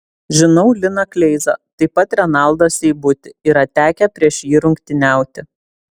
žinau liną kleizą taip pat renaldą seibutį yra tekę prieš jį rungtyniauti